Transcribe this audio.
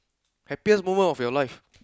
happiest moment of your life